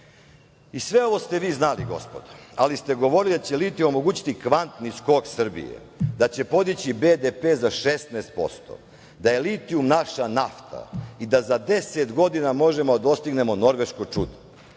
ovo ste vi znali, gospodo, ali ste govorili da će litijum omogućiti kvantni skok Srbije, da će podići BDP za 16%, da je litijum naša nafta i da za 10 godina možemo da dostignemo norveško čudo.